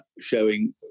showing